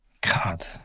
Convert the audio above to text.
God